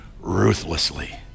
ruthlessly